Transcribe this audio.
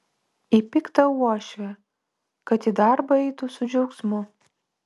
ir piktą uošvę kad į darbą eitų su džiaugsmu